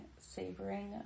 savoring